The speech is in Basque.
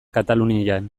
katalunian